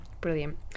brilliant